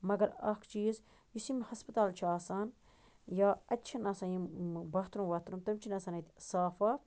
مگر اَکھ چیٖز یُس یِم ہسپَتال چھِ آسان یا اَتہِ چھنہٕ آسان یِم باتھروٗم واتھروٗم تِم چھِنہٕ آسان اَتہِ صاف واف